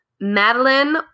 Madeline